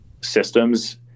systems